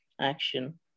action